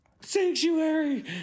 sanctuary